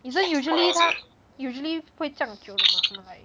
isn't usually 她 usually 会这样就的 right